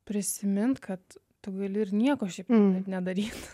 prisimint kad tu gali ir nieko šiaip nedaryt